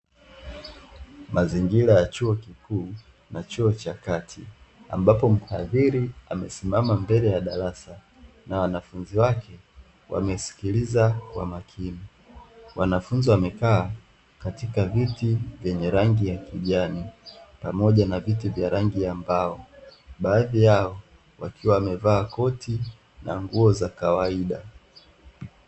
Mazingira ya chuo kikuu na chuo cha kati, ambapo mhadhiri amesimama mbele ya darasa na wanafunzi wake wamesikiliza kwa makini. Wanafunzi wamekaa katika viti vyenye rangi ya kijani pamoja na viti vya rangi ya mbao, baadhi yao wakiwa wamevaa koti na nguo za kawaida.